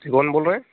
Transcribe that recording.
कौन बोल रहा है